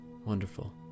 wonderful